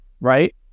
right